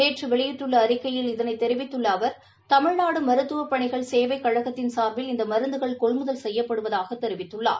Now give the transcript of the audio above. நேற்று வெளியிட்டுள்ளஅறிக்கையில் இதனைதெரிவித்துள்ளஅவர் தமிழ்நாடுமருத்துவபணிகள் சேவைக் கழகத்தின் சார்பில் இந்தமருந்துகள் கொள்முதல் செய்யப்படுவதாகத் தெரிவித்துள்ளார்